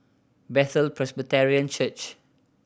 Bethel Presbyterian Church